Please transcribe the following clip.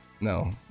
No